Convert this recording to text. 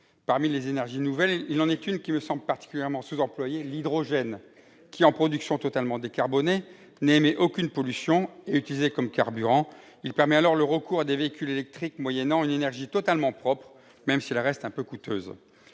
Parmi les énergies nouvelles, il en est une qui me semble particulièrement sous-employée, à savoir l'hydrogène, qui, en production totalement décarbonée, n'émet aucune pollution et qui, utilisé comme carburant, permet alors le recours à des véhicules électriques, moyennant une énergie totalement propre, même si elle reste un peu coûteuse.